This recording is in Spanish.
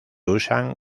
usan